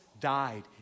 died